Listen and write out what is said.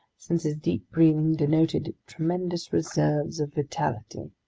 since his deep breathing denoted tremendous reserves of vitality.